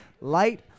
Light